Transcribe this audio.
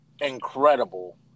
incredible